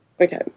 Okay